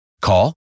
Call